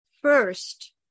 First